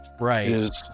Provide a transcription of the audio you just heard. Right